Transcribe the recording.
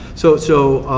so so